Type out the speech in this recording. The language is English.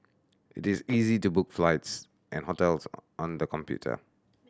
it is easy to book flights and hotels on on the computer